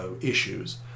issues